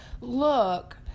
look